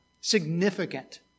significant